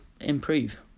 improve